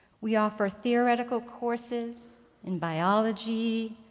we offer theoretical courses in biology,